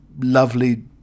lovely